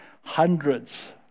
hundreds